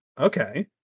Okay